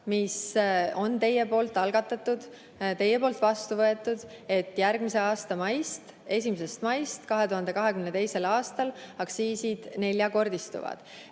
mis on teie poolt algatatud ja teie poolt vastu võetud, et järgmise aasta maist, 1. maist 2022. aastal aktsiisid neljakordistuvad.